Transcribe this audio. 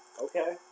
Okay